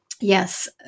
yes